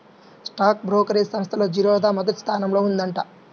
stock brokerage సంస్థల్లో జిరోదా మొదటి స్థానంలో ఉందంట